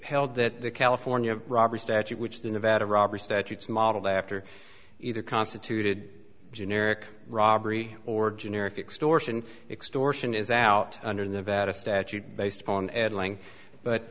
held that the california robbery statute which the nevada robber statutes modeled after either constituted generic robbery or generic extortion extortion is out under nevada statute based upon addling but